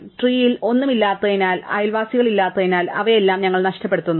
ട്രീൽ ഒന്നും ഇല്ലാത്തതിനാൽ അയൽവാസികളില്ലാത്തതിനാൽ അവയെയെല്ലാം ഞങ്ങൾ നഷ്ടപ്പെടുത്തുന്നു